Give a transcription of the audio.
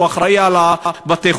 שהוא אחראי לבתי-החולים.